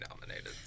nominated